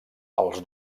els